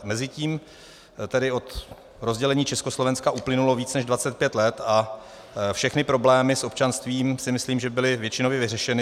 Mezitím tedy od rozdělení Československa uplynulo víc než 25 let a všechny problémy s občanstvím, si myslím, že byly většinově vyřešeny.